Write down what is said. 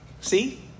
See